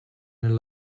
nel